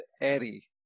Eddie